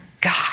God